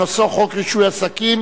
חושיו, חלוקת קשב.